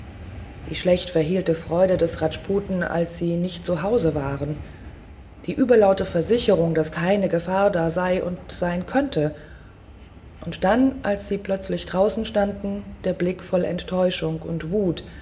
die schlecht verhehlte freude des rajputen als sie nicht zuhause waren die überlaute versicherung daß keine gefahr da sei oder sein könne und dann als sie plötzlich draußen standen der blick voll enttäuschung und wut